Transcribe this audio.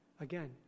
again